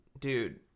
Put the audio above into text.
Dude